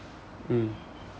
mm